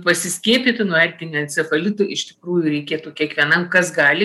pasiskiepyti nuo erkinio encefalito iš tikrųjų reikėtų kiekvienam kas gali